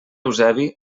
eusebi